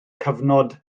cyfnod